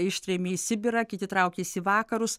ištrėmė į sibirą kiti traukėsi į vakarus